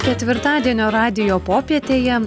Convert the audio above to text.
ketvirtadienio radijo popietėje